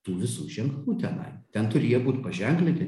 tų visų ženklų tenai ten turi jie būt paženklinti